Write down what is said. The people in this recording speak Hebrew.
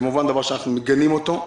כמובן שזה דבר שאנחנו מגנים אותו.